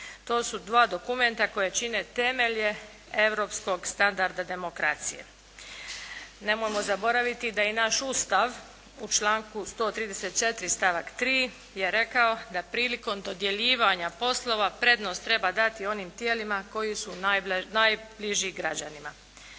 To su dva dokumenta koja čine temelje europskog standarda demokracije. Nemojmo zaboraviti da i naš Ustav u članku 134. stavak 3. je rekao da prilikom dodjeljivanja poslova prednost treba dati onim tijelima koji su najbliži građanima.